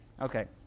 Okay